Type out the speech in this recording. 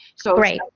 so, great!